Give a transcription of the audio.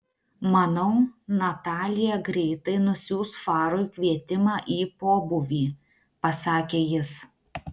manau natalija greitai nusiųs farui kvietimą į pobūvį pasakė jis